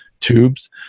tubes